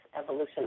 evolution